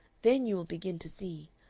then you will begin to see.